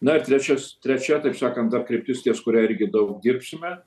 na ir trečias trečia taip sakant ta kryptis ties kuria irgi daug dirbsime